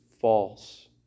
false